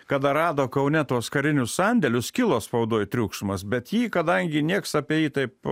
kada rado kaune tuos karinius sandėlius kilo spaudoj triukšmas bet jį kadangi nieks apie jį taip